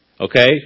Okay